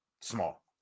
small